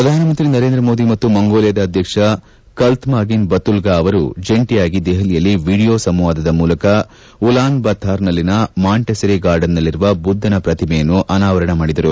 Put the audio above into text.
ಪ್ರಧಾನಮಂತ್ರಿ ನರೇಂದ್ರ ಮೋದಿ ಮತ್ತು ಮಂಗೋಲಿಯಾದ ಅಧ್ವಕ್ಷ ಕಲ್ತಮಾಗಿನ್ ಬತುಲ್ಗಾ ಅವರು ಜಂಟಿಯಾಗಿ ದೆಹಲಿಯಲ್ಲಿ ವಿಡಿಯೋ ಸಂವಾದದ ಮೂಲಕ ಉಲಾನ್ಭತ್ತಾರ್ನಲ್ಲಿನ ಮಾಂಟಸರಿ ಗಾರ್ಡನ್ನಲ್ಲಿರುವ ಬುದ್ದನ ಪ್ರತಿಮೆಯನ್ನು ಅನಾವರಣ ಮಾಡಿದರು